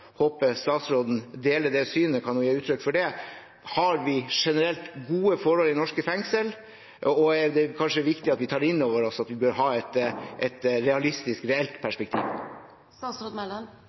håper statsråden deler det synet – kan hun gi uttrykk for det? Har vi generelt gode forhold i norske fengsler? Det er kanskje viktig at vi tar inn over oss at vi bør ha et realistisk, reelt perspektiv?